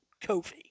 Kofi